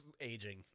aging